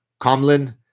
Comlin